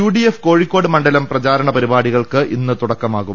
UDF Kozhikode മണ്ഡലം പ്രചാരണ പരിപാടികൾക്ക് ഇന്ന് തുടക്കമാകും